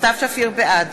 בעד